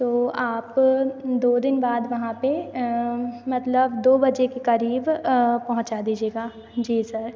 तो आप दो दिन बाद वहाँ पर मतलब दो बजे के करीब पहुँचा दीजिएगा जी सर